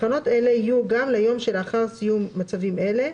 הכנות אלה יהיו גם ליום שלאחר סיום מצבים אלה,